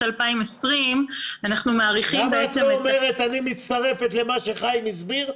2020. למה את לא אומרת: אני מצטרפת למה שחיים הסביר?